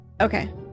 okay